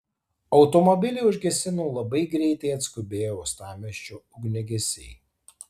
automobilį užgesino labai greitai atskubėję uostamiesčio ugniagesiai